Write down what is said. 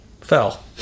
fell